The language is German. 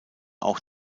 auch